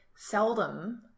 seldom